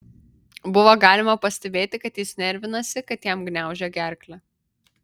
buvo galima pastebėti kad jis nervinasi kad jam gniaužia gerklę